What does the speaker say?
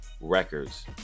records